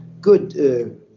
good